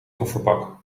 kofferbak